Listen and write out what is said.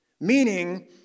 Meaning